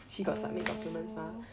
oh